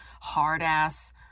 hard-ass